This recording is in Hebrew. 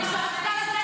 על כל פנים